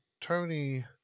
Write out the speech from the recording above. Tony